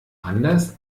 anders